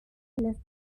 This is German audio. lässt